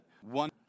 One